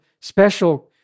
special